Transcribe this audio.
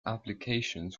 applications